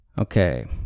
okay